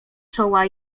czoła